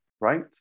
right